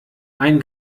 ein